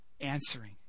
answering